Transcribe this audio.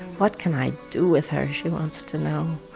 what can i do with her? she wants to know.